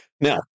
Now